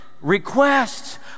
requests